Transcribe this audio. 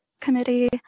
committee